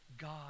God